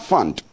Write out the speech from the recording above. Fund